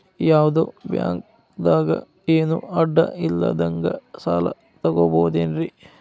ಯಾವ್ದೋ ಬ್ಯಾಂಕ್ ದಾಗ ಏನು ಅಡ ಇಲ್ಲದಂಗ ಸಾಲ ತಗೋಬಹುದೇನ್ರಿ?